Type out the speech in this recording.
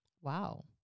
wow